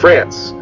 france,